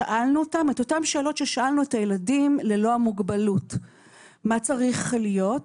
שאלנו אותם את אותן שאלות ששאלנו את הילדים ללא המוגבלות מה צריך להיות.